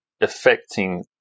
affecting